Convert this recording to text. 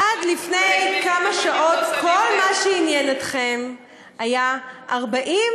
עד לפני כמה שעות, כל מה שעניין אתכם היה 40